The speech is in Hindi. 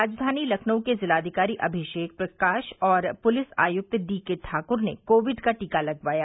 राजधानी लखनऊ के जिलाधिकारी अमिषेक प्रकाश और पुलिस आयक्त डीके ठाक्र ने कोविड का टीका लगवाया